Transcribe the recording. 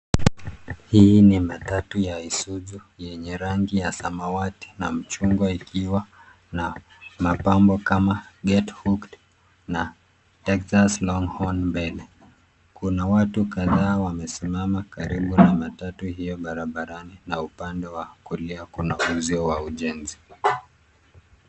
Hii ni matatu ya Isuzu yenye rangi ya samati na mchungwa ikiwa na mapambo kama GET HOOKED na TEXAS LONGHORN mbele. Kuna watu kadhaa wamesimama karibu na matatu hiyo barabarani na upande wa kulia kuna uzio wa ujenzi.